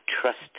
trust